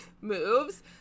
moves